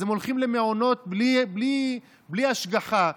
אז הם הולכים למעונות בלי השגחה,